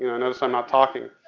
you know notice i'm not talking.